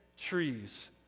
trees